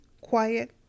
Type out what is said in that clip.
quiet